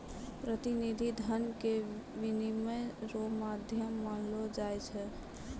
प्रतिनिधि धन के विनिमय रो माध्यम मानलो जाय छै